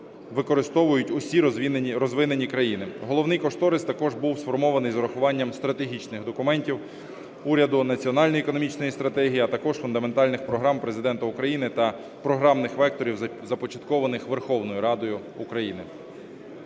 використовують усі розвинені країни. Головний кошторис також був сформований з урахуванням стратегічних документів уряду, Національної економічної стратегії, а також фундаментальних програм Президента України та програмних векторів, започаткованих Верховною Радою України.